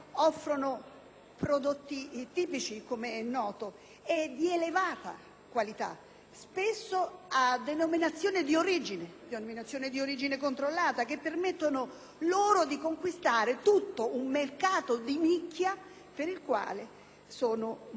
prodotti tipici, come è noto, e di elevata qualità, spesso a denominazione di origine controllata, che permettono loro di conquistare tutto un mercato di nicchia, per il quale sono molto appetibili,